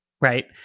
right